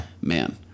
man